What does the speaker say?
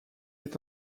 est